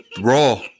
Raw